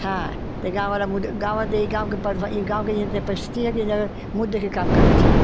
हाँ तो गाँव वाला मदद गाँव दे गाँव के प्रधान ये गाँव के परिस्थिति है कि जा मुँह देख के काम करते थे